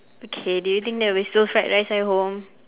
okay do you think there will be still fried rice at home